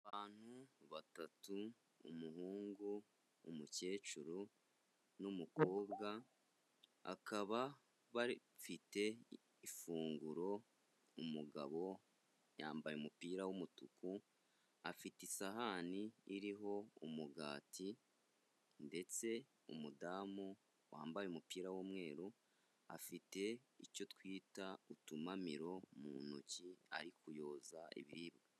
Abantu batatu, umuhungu, umukecuru n'umukobwa akaba bari bafite ifunguro, umugabo yambaye umupira w'umutuku, afite isahani iriho umugati, ndetse umudamu wambaye umupira w'umweru afite icyo twita utumamiro mu ntoki ari ku yoza ibiribwa.